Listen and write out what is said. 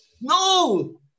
No